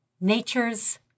nature's